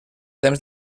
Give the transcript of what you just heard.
temps